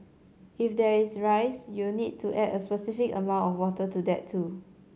if there is rice you'll need to add a specified amount of water to that too